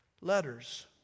letters